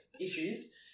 issues